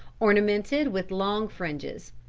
ornamented with long fringes.